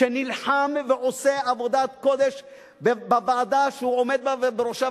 שנלחם ועושה עבודת קודש בוועדה שהוא עומד בראשה,